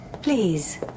Please